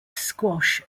squash